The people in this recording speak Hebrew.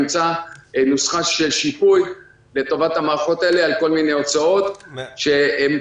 ימצא נוסחה של שיפוי לטובת המערכות האלה על כל מיני הוצאות שקיימות.